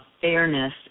fairness